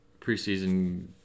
preseason